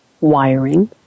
wiring